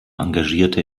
engagierte